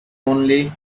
only